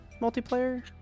multiplayer